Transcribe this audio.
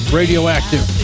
radioactive